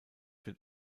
wird